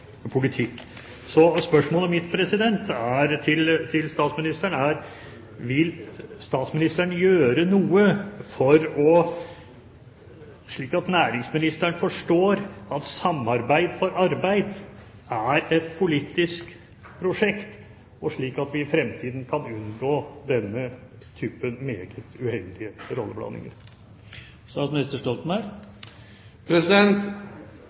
Spørsmålet mitt til statsministeren er: Vil statsministeren gjøre noe, slik at næringsministeren forstår at Samarbeid for arbeid er et politisk prosjekt, og slik at vi i fremtiden kan unngå denne typen meget uheldige